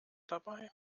dabei